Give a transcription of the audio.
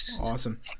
Awesome